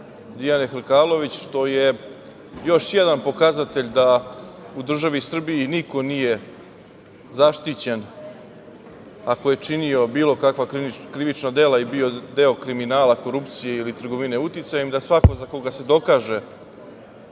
Dijane Hrkalović, što je još jedan pokazatelj da u državi Srbiji niko nije zaštićen, ako je činio bilo kakva krivična dela i bio deo kriminala, korupcije ili trgovine uticajem, da svako za koga se dokaže